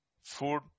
food